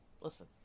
Listen